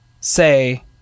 say